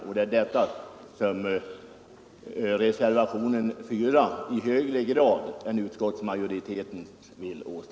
Det vill vi som står bakom reservationen 4 göra i högre grad än utskottets majoritet.